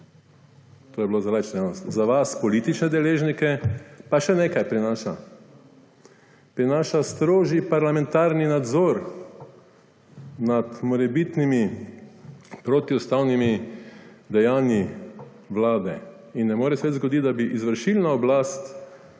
To je bilo za laično javnost. Za vas politične deležnike pa še nekaj prinaša. Prinaša strožji parlamentarni nadzor nad morebitnimi protiustavnimi dejanji vlade. Ne more se zgoditi, da bi izvršilna oblast